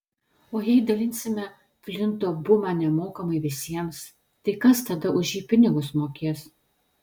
o jei dalinsime flinto bumą nemokamai visiems tai kas tada už jį pinigus mokės